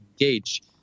engage